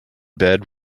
bed